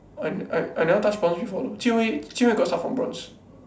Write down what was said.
I I I never touch bronze before though Jian-Hui Jian-Hui got start from bronze